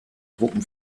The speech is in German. truppen